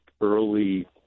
early